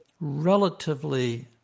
relatively